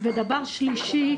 שלישית,